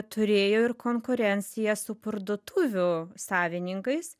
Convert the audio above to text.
turėjo ir konkurenciją su parduotuvių savininkais